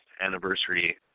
anniversary